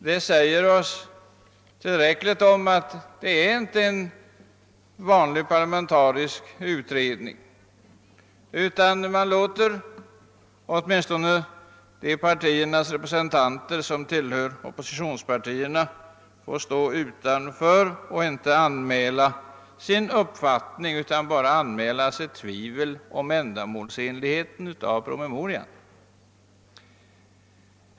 Det säger oss tillräckligt om att det inte är en vanlig parlamentarisk utredning — man låter representanter för oppositionspartierna få stå utanför och inte anmäla sin uppfattning utan bara sitt tvivel om ändamålsenligheten om promemorian.